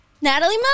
Natalie